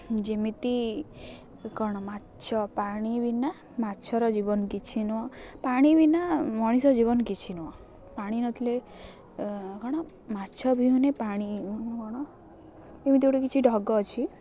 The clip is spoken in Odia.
ଯେମିତି କ'ଣ ମାଛ ପାଣି ବିନା ମାଛର ଜୀବନ କିଛି ନୁହଁ ପାଣି ବିନା ମଣିଷ ଜୀବନ କିଛି ନୁହଁ ପାଣି ନଥିଲେ କ'ଣ ମାଛ ବିହୁନେ ପାଣି କ'ଣ ଏମିତି ଗୋଟେ କିଛି ଢଗ ଅଛି